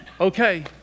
okay